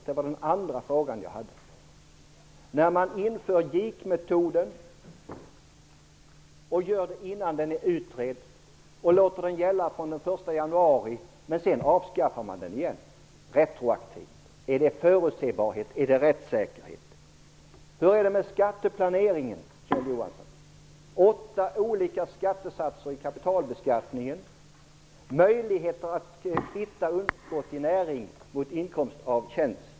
Man inför JIK-metoden, innan den är utredd, och låter den gälla från den 1 januari. Sedan avskaffar man metoden igen retroaktivt. Är detta förutsebart? Är det förenligt med rättssäkerheten? Hur är det med skatteplaneringen, Kjell Johansson? Det finns åtta olika skattesatser i kapitalbeskattningen. Hur är det med möjligheten att kvitta underskott i näring mot inkomst av tjänst?